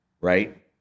Right